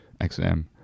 XM